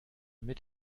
mit